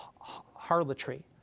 harlotry